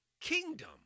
kingdom